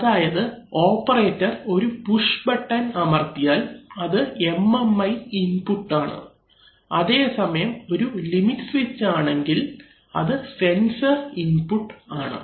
അതായത് ഓപ്പറേറ്റർ ഒരു push button അമർത്തിയാൽ അത് MMI ഇൻപുട്ട് ആണ് അതേസമയം ഒരു ലിമിറ്റ് സ്വിച്ച് ആണെങ്കിൽ അത് സെൻസർ ഇൻപുട്ട് ആണ്